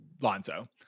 lonzo